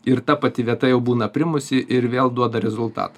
ir ta pati vieta jau būna aprimusi ir vėl duoda rezultatą